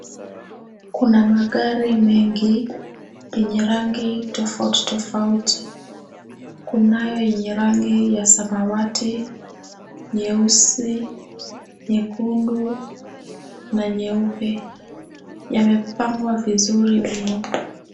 Kuna magari mengi yenye rangi tofauti tofauti. Kunayo yenye rangi ya samawati, nyeusi, nyekundu na nyeupe. Yamepangwa vizuri mno.